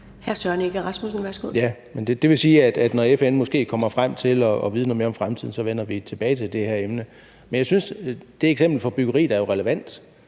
Det vil sige, at når FN måske kommer frem til at vide noget mere om fremtiden, vender vi tilbage til det her emne. Men jeg synes, at det eksempel fra byggeriet jo er relevant.